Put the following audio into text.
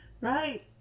right